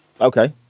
okay